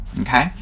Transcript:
Okay